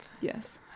yes